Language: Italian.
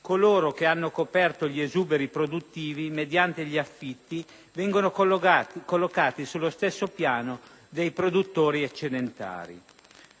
coloro che hanno coperto gli esuberi produttivi mediante gli affitti vengono collocati sullo stesso piano dei produttori eccedentari.